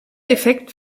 effekt